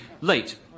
late